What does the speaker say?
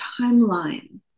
timeline